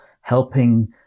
helping